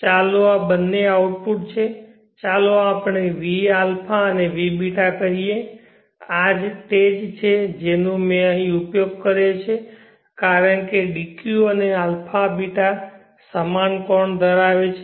ચાલો આ બંને આઉટપુટ છે ચાલો આપણે vα અને vβ કહીએ આ તે જ છે જેનો મેં અહીં ઉપયોગ કર્યો છે કારણ કે dq અને αβ સમાન કોણ ધરાવે છે